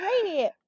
great